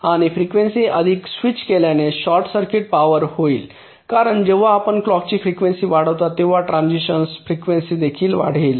आणि फ्रँकवेंसी अधिक स्विच केल्याने शॉर्ट सर्किट पॉवर होईल कारण जेव्हा आपण क्लॉक ची फ्रँकवेंसी वाढता तेव्हा ट्रान्झिशन्स फ्रँकवेंसी देखील वाढेल